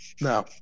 No